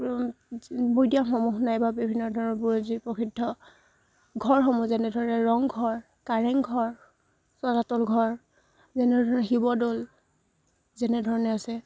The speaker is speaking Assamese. উদ্যানসমূহ নাইবা বিভিন্ন ধৰণৰ বুৰঞ্জীপ্ৰসিদ্ধ ঘৰসমূহ যেনেধৰে ৰংঘৰ কাৰেংঘৰ তলাতল ঘৰ যেনেধৰণে শিৱদৌল যেনেধৰণে আছে